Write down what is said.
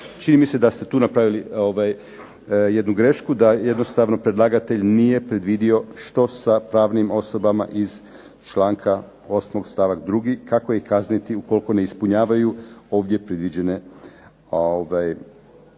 Čini mi se da ste tu napravili jednu grešku, da jednostavno predlagatelj nije predvidio što sa pravnim osobama iz članka 8. stavak 2., kako ih kazniti ukoliko ne ispunjavaju ovdje predviđene